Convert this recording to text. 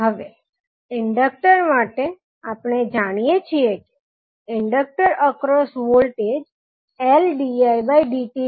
હવે ઇન્ડક્ટર માટે આપણે જાણીએ છીએ કે ઇન્ડક્ટર અક્રોસ વોલ્ટેજ Ldidt છે